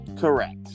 Correct